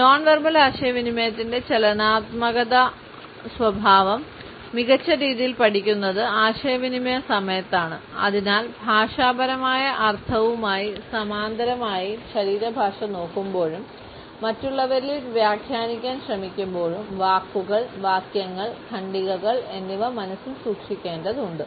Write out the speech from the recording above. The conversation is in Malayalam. നോൺ വെർബൽ ആശയവിനിമയത്തിന്റെ ചലനാത്മക സ്വഭാവം മികച്ച രീതിയിൽ പഠിക്കുന്നത് ആശയവിനിമയ സമയത്താണ് അതിനാൽ ഭാഷാപരമായ അർത്ഥവുമായി സമാന്തരമായി ശരീരഭാഷ നോക്കുമ്പോഴും മറ്റുള്ളവരിൽ വ്യാഖ്യാനിക്കാൻ ശ്രമിക്കുമ്പോഴും വാക്കുകൾ വാക്യങ്ങൾ ഖണ്ഡികകൾ എന്നിവ മനസ്സിൽ സൂക്ഷിക്കേണ്ടതുണ്ട്